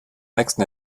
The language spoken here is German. nächsten